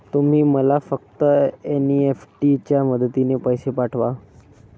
तुम्ही मला फक्त एन.ई.एफ.टी च्या मदतीने पैसे पाठवा